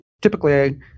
Typically